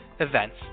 events